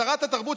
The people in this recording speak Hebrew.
שרת התרבות,